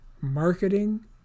marketing